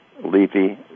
leafy